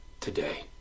today